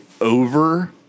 over